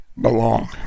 belong